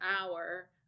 hour